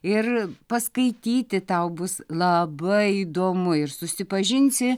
ir paskaityti tau bus labai įdomu ir susipažinsi